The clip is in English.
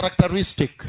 characteristic